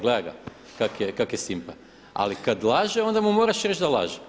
Gledaj ga kak' je simpa, ali kad laže onda mu moraš reći da laže.